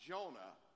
Jonah